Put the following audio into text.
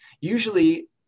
Usually